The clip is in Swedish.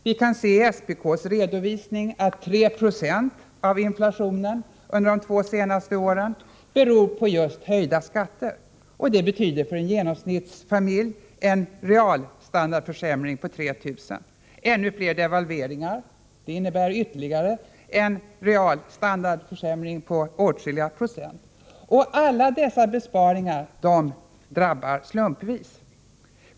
Vi kan se i SPK:s redovisning att 3 20 av inflationen under de två senaste åren beror på just höjda skatter. Det betyder för en genomsnittsfamilj en real standardförsämring på 3 000 kr. Ännu fler devalveringar innebär ytterligare en real standardförsämring på åtskilliga procent. Alla dessa besparingar drabbar slumpvis.